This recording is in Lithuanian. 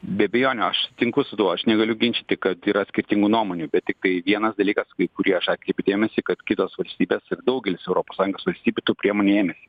be abejonių aš sutinku su tuo aš negaliu ginčyti kad yra skirtingų nuomonių bet tiktai vienas dalykas į kurį aš atkreipiu dėmesį kad kitos valstybės ir daugelis europos sąjungos valstybių tų priemonių ėmėsi